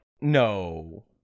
no